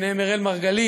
בהם אראל מרגלית,